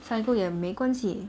psycho 也没关系